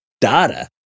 data